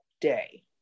day